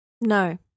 No